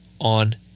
on